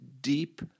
deep